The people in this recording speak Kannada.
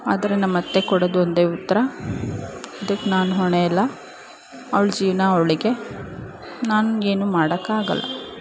ಆದರೆ ನಮ್ಮ ಅತ್ತೆ ಕೊಡೋದು ಒಂದೇ ಉತ್ತರ ಅದಕ್ಕೆ ನಾನು ಹೊಣೆಯಲ್ಲ ಅವ್ಳ ಜೀವನ ಅವಳಿಗೆ ನನಗೇನು ಮಾಡೋಕ್ಕಾಗಲ್ಲ